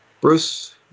Bruce